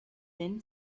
then